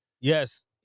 yes